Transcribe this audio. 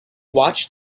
watched